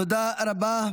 תודה רבה.